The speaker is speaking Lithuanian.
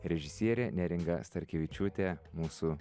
režisierė neringa starkevičiūtė mūsų